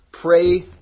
Pray